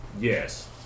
yes